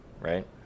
right